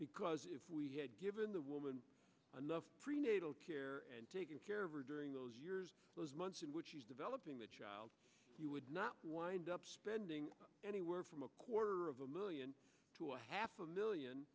because if we had given the woman enough prenatal care and taken care of her during those months in which she's developing the child you would not wind up spending anywhere from a quarter of a million to a half a million